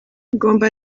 mugomba